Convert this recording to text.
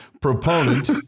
proponent